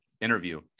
interview